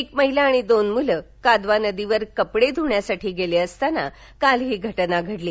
एक महिला आणि दोन मुलं कादवा नदीवर कपडे ध्रण्यासाठी गेले असताना काल ही घटना घडली